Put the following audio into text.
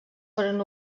foren